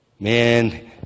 Man